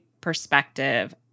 perspective